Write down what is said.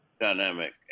dynamic